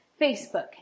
Facebook